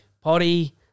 Potty